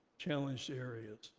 challenged areas.